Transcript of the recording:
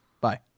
bye